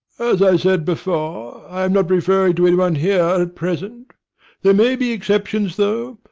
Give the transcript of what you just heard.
as i said before, i am not referring to any one here at present there may be exceptions though,